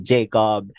Jacob